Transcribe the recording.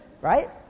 Right